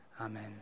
Amen